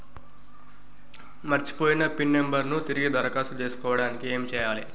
మర్చిపోయిన pin number ను తిరిగి దరఖాస్తు చేసుకోవడానికి ఏమి చేయాలే?